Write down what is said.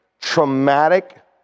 traumatic